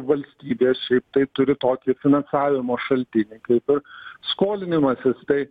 valstybės šiaip tai turi tokį finansavimo šaltinį kaip skolinimasis tai